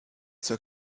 zur